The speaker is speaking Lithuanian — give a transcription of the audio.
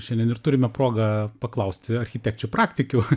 šiandien ir turime progą paklausti architekčių praktikių